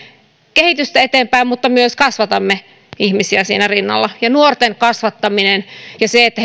kehitystä eteenpäin mutta myös kasvatamme ihmisiä siinä rinnalla ja on nuorten kasvattaminen ja se että